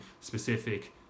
specific